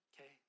Okay